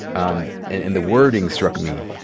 um and and the wording struck me.